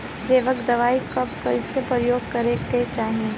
जैविक दवाई कब कैसे प्रयोग करे के चाही?